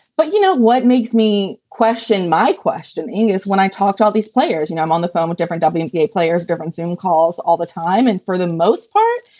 but you know, what makes me question my question is when i talk to all these players, you know, i'm on the phone with different um wnba and yeah players, different zoome calls all the time. and for the most part,